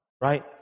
right